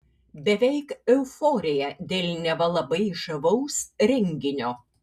beveik euforija dėl neva labai žavaus renginio